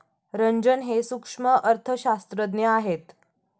रंजन हे सूक्ष्म अर्थशास्त्रज्ञ आहेत